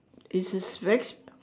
this is a very